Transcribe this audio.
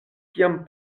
kiam